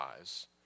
eyes